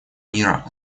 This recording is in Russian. мира